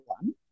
one